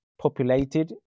populated